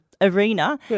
arena